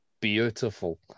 Beautiful